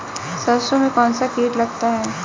सरसों में कौनसा कीट लगता है?